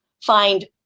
find